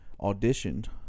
auditioned